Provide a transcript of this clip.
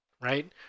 right